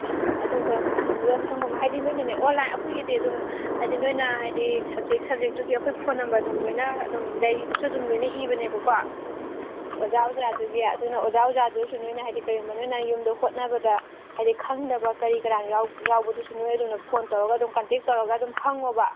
ꯑꯗꯨꯒ ꯃꯇꯝꯗꯨꯗ ꯑꯁꯪꯕ ꯑꯃ ꯍꯥꯏꯗꯤ ꯑꯣꯟꯂꯥꯏꯟ ꯑꯩꯈꯣꯏꯒꯤꯗꯤ ꯑꯗꯨꯝ ꯍꯥꯏꯗꯤ ꯅꯣꯏꯅ ꯍꯥꯏꯗꯤ ꯁꯕꯖꯦꯛ ꯁꯕꯖꯦꯛꯇꯨꯒꯤ ꯑꯩꯈꯣꯏ ꯐꯣꯟ ꯅꯝꯕꯔ ꯑꯗꯨꯝ ꯂꯣꯏꯅ ꯑꯗꯨꯝ ꯗꯥꯏꯔꯤꯗꯁꯨ ꯑꯗꯨꯝ ꯂꯣꯏꯅ ꯏꯕꯅꯦꯕꯀꯣ ꯑꯣꯖꯥ ꯑꯣꯖꯥꯗꯨꯒꯤ ꯑꯗꯨꯅ ꯑꯣꯖꯥ ꯑꯣꯖꯥꯗꯨꯗꯁꯨ ꯅꯣꯏꯅ ꯍꯥꯏꯗꯤ ꯀꯔꯤꯒꯨꯝꯕ ꯅꯣꯏꯅ ꯌꯨꯝꯗ ꯍꯣꯠꯅꯕꯗ ꯍꯥꯏꯗꯤ ꯈꯪꯗꯕ ꯀꯔꯤ ꯀꯔꯥ ꯌꯥꯎꯕꯗꯨꯁꯨ ꯅꯣꯏ ꯑꯗꯨꯅ ꯐꯣꯟ ꯇꯧꯔꯒ ꯑꯗꯨꯝ ꯀꯟꯇꯦꯛ ꯇꯧꯔꯒ ꯑꯗꯨꯝ ꯍꯪꯉꯣꯕ